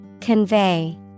Convey